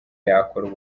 yakora